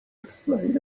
explain